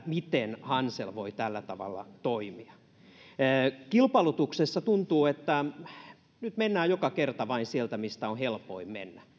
miten hansel voi tällä tavalla toimia tuntuu että kilpailutuksessa mennään nyt joka kerta vain sieltä mistä on helpoin mennä